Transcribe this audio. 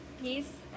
peace